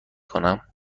کنم